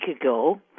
ago